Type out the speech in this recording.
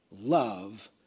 love